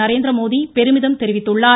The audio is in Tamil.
நரேந்திரமோடி பெருமிதம் தெரிவித்துள்ளார்